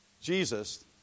Jesus